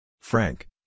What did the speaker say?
Frank